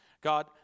God